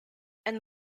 and